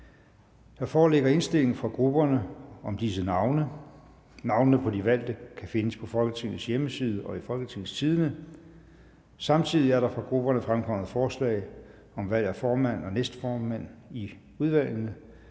Der foreligger indstilling fra grupperne om disse navne. Navnene på de valgte kan findes på Folketingets hjemmeside og i Folketingstidende. Samtidig er der fra grupperne fremkommet forslag om valg af formand og næstformand i udvalgene.